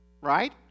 Right